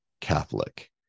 Catholic